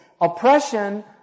oppression